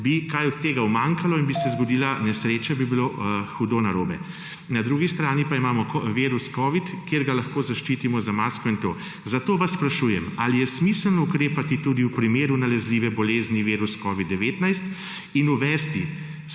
bi kaj od tega umanjkalo in bi se zgodila nesreča, bi bilo hudo narobe. Na drugi strani imamo pa virus covida-19, kjer se lahko zaščitimo z masko. Zato vas sprašujem: Ali je smiselno ukrepati tudi v primeru nalezljive bolezni virusa covida-19 in uvesti